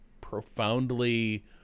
profoundly